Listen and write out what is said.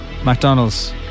McDonald's